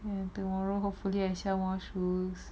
then tomorrow hopefully and 先 wash rules